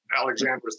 Alexander